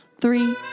three